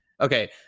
Okay